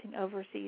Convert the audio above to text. overseas